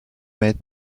made